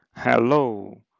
Hello